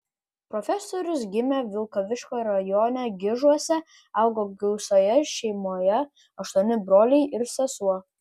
profesorius gimė vilkaviškio rajone gižuose augo gausioje šeimoje aštuoni broliai ir sesuo